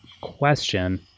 question